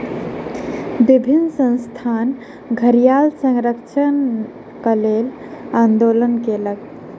विभिन्न संस्थान घड़ियाल संरक्षणक लेल आंदोलन कयलक